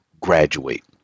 graduate